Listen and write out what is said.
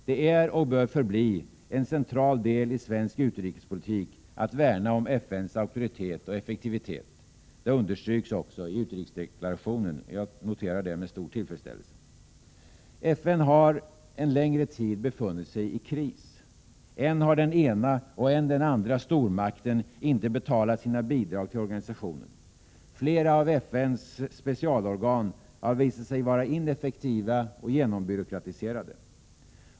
Det är och bör förbli en central del i 21 svensk utrikespolitik att värna om FN:s auktoritet och effektivitet. Jag noterar med stor tillfredsställelse att detta understryks också i utrikesdeklaration. FN har en längre tid befunnit sig i kris. Än har den ena och än den andra stormakten inte betalat sina bidrag till organisationen. Flera av FN:s specialorgan har visat sig vara ineffektiva och genombyråkratiserade.